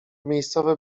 miejscowy